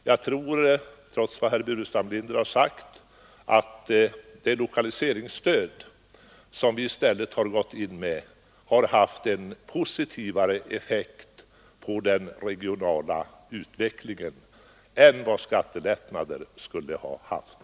Jag tror — trots vad herr Burenstam Linder har sagt — att det lokaliseringsstöd som vi i stället har gått ut med har haft en mera positiv effekt på utvecklingen än vad skattelättnader skulle ha haft.